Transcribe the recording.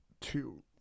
two